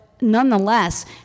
Nonetheless